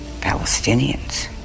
Palestinians